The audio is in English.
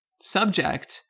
subject